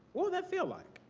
what would that feel like?